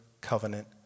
covenant